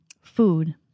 food